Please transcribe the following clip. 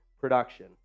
production